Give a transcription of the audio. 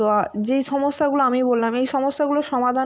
তো যেই সমস্যাগুলো আমি বললাম এই সমস্যাগুলোর সমাধান